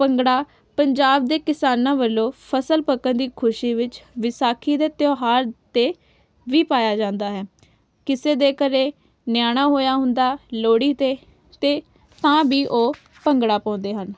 ਭੰਗੜਾ ਪੰਜਾਬ ਦੇ ਕਿਸਾਨਾਂ ਵੱਲੋਂ ਫ਼ਸਲ ਪੱਕਣ ਦੀ ਖੁਸ਼ੀ ਵਿੱਚ ਵਿਸਾਖੀ ਦੇ ਤਿਉਹਾਰ 'ਤੇ ਵੀ ਪਾਇਆ ਜਾਂਦਾ ਹੈ ਕਿਸੇ ਦੇ ਘਰ ਨਿਆਣਾ ਹੋਇਆ ਹੁੰਦਾ ਲੋਹੜੀ 'ਤੇ ਅਤੇ ਤਾਂ ਵੀ ਉਹ ਭੰਗੜਾ ਪਾਉਂਦੇ ਹਨ